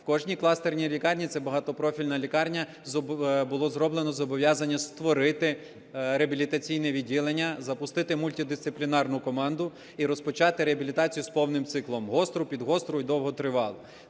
В кожній кластерній лікарні, це багатопрофільна лікарня, було зроблено зобов'язання створити реабілітаційні відділення, запустити мультидисциплінарну команду і розпочати реабілітацію з повним циклом: гостру, підгостру і довготривалу.